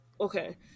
okay